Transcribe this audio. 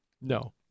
No